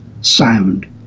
sound